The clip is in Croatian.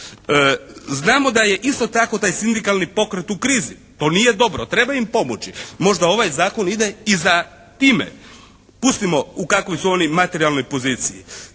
Znamo da je isto tako taj sindikalni pokret u krizi. To nije dobro. Treba im pomoći. Možda ovaj zakon ide i za time. Pustimo u kakvoj su oni materijalnoj poziciji.